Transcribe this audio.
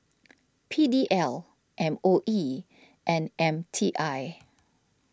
P D L M O E and M T I